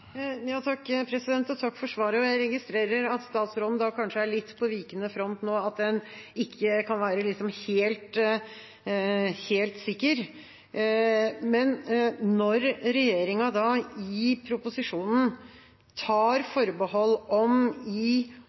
Takk for svaret. Jeg registrerer at statsråden kanskje er litt på vikende front, at man liksom ikke kan være helt sikker. Når regjeringa i proposisjonen tar forbehold ved å si at dette i